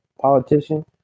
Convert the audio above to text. politician